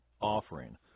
offering